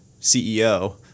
CEO